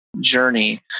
journey